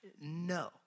no